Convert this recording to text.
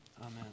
Amen